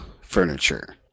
furniture